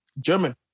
German